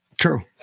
True